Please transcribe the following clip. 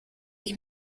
ich